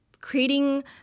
creating